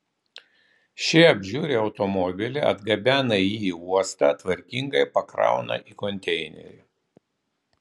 šie apžiūri automobilį atgabena jį į uostą tvarkingai pakrauna į konteinerį